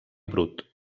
brut